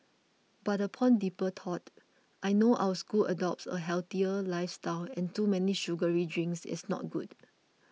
but upon deeper thought I know our school adopts a healthier lifestyle and too many sugary drinks is not good